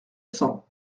cents